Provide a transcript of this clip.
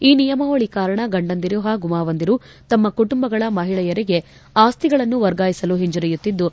ಈ ನಿಯಮಾವಳಿ ಕಾರಣ ಗಂಡಂದಿರು ಹಾಗೂ ಮಾವಂದಿರು ತಮ್ನ ಕುಟುಂಬಗಳ ಮಹಿಳೆಯರಿಗೆ ಆಸ್ಲಿಗಳನ್ನು ವರ್ಗಾಯಿಸಲು ಹಿಂಜರಿಯುತ್ತಿದ್ದು